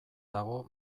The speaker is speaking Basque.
dago